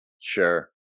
Sure